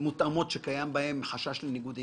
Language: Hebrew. מותאמות שקיים בהם חשש לניגוד עניינים?